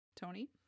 Tony